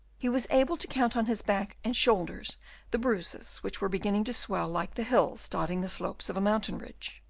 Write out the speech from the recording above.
he was able to count on his back and shoulders the bruises which were beginning to swell like the hills dotting the slopes of a mountain ridge.